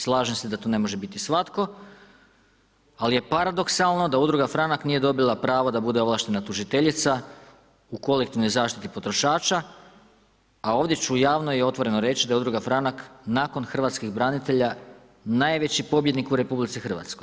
Slažem se da to ne može bit svatko, ali je paradoksalno da udruga Franak nije dobila pravo da bude ovlaštena tužiteljica u kolektivnoj zaštiti potrošača, a ovdje ću javno i otvoreno reći da je udruga Franak nakon hrvatskih branitelja najveći pobjednik u RH.